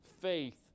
faith